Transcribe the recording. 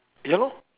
ya lor